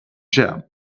jam